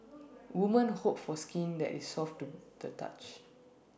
woman hope for skin that is soft to the touch